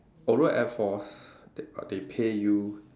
although air force they uh they pay you